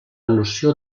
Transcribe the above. noció